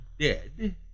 dead